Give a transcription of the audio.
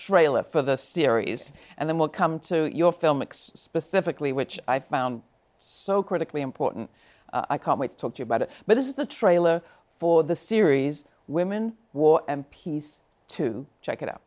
trailer for the series and then we'll come to your film specifically which i found so critically important i can't wait to talk about it but this is the trailer for the series women war and peace to check it out